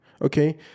Okay